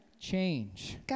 change